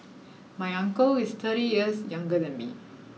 my uncle is thirty years younger than me